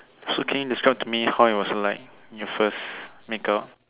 so can you describe to me how it was like your first make out